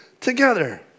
together